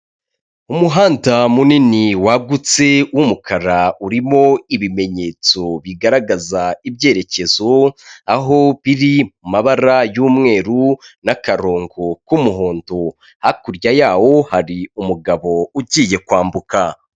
Umuhanda munini wagutse w'umukara urimo ibimenyetso bigaragaza ibyerekezo, aho biri mu mabara y'umweru n'akarongo k'umuhondo, hakurya yawo hari umugabo ugiye kwambuka.